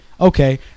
okay